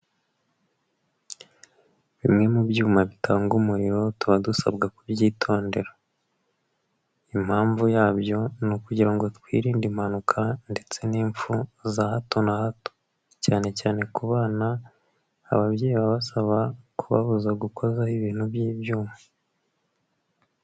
Bimwe mu byuma bitanga umuriro tuba dusabwa kubyitondera. Impamvu yabyo ni ukugira ngo twirinde impanuka ndetse n'imfu za hato na hato, cyane cyane ku bana, ababyeyi babasaba kubabuza gukozaho ibintu by'ibyuma.